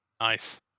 Nice